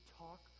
talk